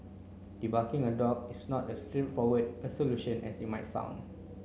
debarking a dog is not as straightforward a solution as it might sound